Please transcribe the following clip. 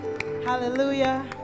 Hallelujah